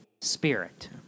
Spirit